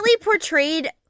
portrayed